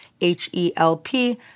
H-E-L-P